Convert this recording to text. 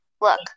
look